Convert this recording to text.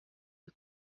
you